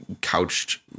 couched